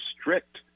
strict